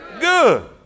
good